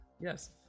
Yes